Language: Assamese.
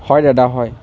হয় দাদা হয়